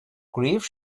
grief